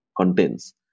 contains